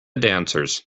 dancers